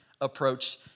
approach